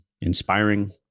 inspiring